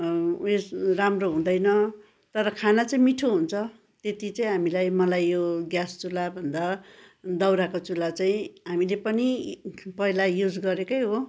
उइस राम्रो हुँदैन तर खाना चाहिँ मिठो हुन्छ त्यति चाहिँ हामीलाई मलाई यो ग्यास चुल्हाभन्दा दाउराको चुल्हा चाहिँ हामीले पनि पहिला युज गरेकै हो